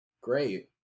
Great